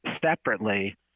separately